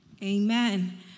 Amen